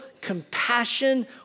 compassion